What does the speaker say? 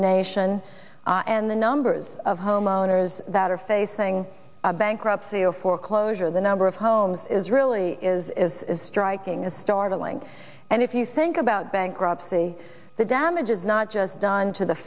the nation and the numbers of homeowners that are facing bankruptcy or foreclosure the number of homes is really is is striking is startling and if you think about bankruptcy the damage is not just done to the